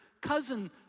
cousin